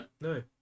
No